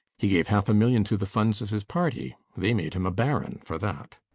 he gave half a million to the funds of his party they made him a baron for that.